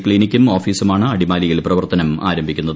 ക്ലിനിക്കും ഓഫീസുമാണ് അടിമാലിയിൽ പ്രവർത്തനം ആരംഭിക്കുന്നത്